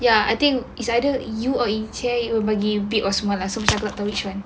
ya I think it's either you or incia bagi bit of semalam sebab aku cakap tak tahu which one